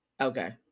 okay